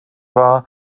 war